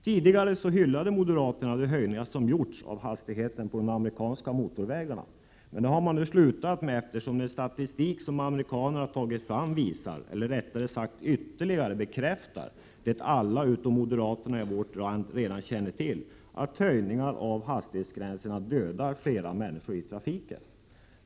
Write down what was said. Tidigare hyllade moderaterna de höjningar som gjorts av hastigheten på de amerikanska motorvägarna. Men det har man nu slutat med, eftersom den statistik som amerikanarna har tagit fram visar, eller rättare sagt ytterligare bekräftar, det som alla utom moderaterna i vårt land redan känner till, att höjningar av hastighetsgränserna dödar fler människor i trafiken.